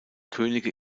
könige